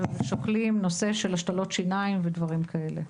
כששוקלים נושא של השתלות שיניים ודברים כאלה.